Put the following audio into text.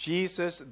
Jesus